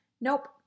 nope